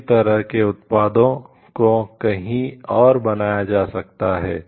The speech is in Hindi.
इसी तरह के उत्पादों को कहीं और बनाया जा सकता है